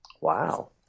Wow